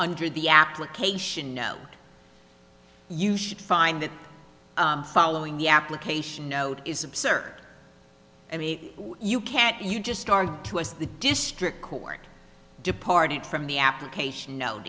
under the application no you should find that following the application note is absurd i mean you can't you just start to as the district court departed from the application no